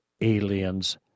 aliens